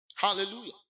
Hallelujah